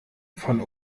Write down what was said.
von